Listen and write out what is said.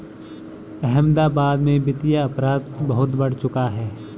अहमदाबाद में वित्तीय अपराध बहुत बढ़ चुका है